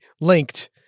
linked